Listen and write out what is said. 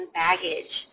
baggage